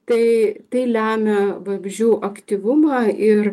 tai tai lemia vabzdžių aktyvumą ir